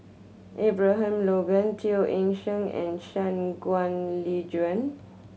Abraham Logan Teo Eng Seng and Shangguan Liuyun